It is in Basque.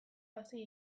hasi